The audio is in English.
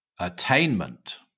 Attainment